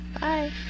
Bye